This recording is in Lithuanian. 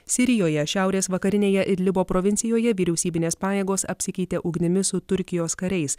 sirijoje šiaurės vakarinėje idlibo provincijoje vyriausybinės pajėgos apsikeitė ugnimi su turkijos kariais